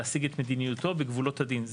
להשיג את מדיניותו בגבולות הדין.